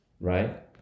right